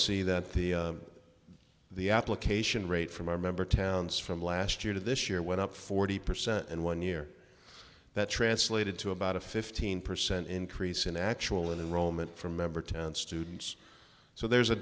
see that the the application rate from our member towns from last year to this year went up forty percent in one year that translated to about a fifteen percent increase in actual in roman from member ten students so there's a